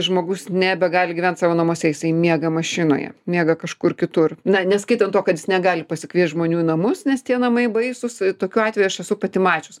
žmogus nebegali gyvent savo namuose jisai miega mašinoje miega kažkur kitur na neskaitant to kad jis negali pasikviest žmonių į namus nes tie namai baisūs tokių atvejų aš esu pati mačius